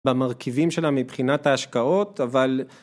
במרכיבים שלה מבחינת ההשקעות אבל